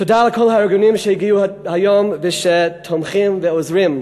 תודה לכל הארגונים שהגיעו היום ושתומכים ושעוזרים לעיוורים.